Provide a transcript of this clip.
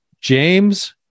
James